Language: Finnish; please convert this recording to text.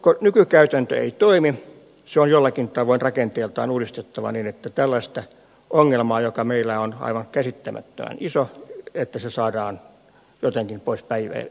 koska nykykäytäntö ei toimi se on jollakin tavoin rakenteeltaan uudistettava niin että tällainen ongelma joka meillä on aivan käsittämättömän iso saadaan jotenkin pois päiväjärjestyksestä